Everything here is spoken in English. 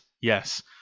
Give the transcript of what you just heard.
yes